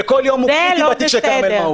כל יום הוא קריטי בתיק של מעודה.